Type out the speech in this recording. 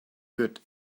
good